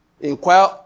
inquire